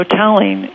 telling